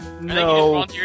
No